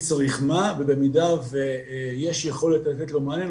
צריך מה ובמידה ויש יכולת לתת לו מענה,